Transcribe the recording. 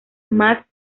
más